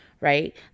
right